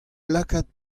lakaat